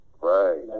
Right